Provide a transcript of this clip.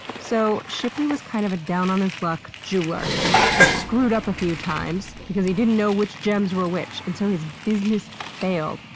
so shipley was kind of a down-on-his-luck jeweler who screwed up a few times because he didn't know which gems were which. and so his business failed,